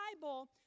Bible